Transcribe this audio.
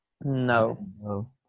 No